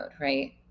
right